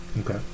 Okay